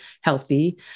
healthy